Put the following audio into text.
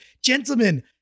Gentlemen